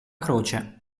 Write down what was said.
croce